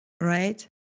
right